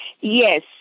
yes